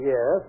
Yes